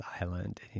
island